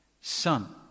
Son